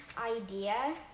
idea